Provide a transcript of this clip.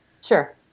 sure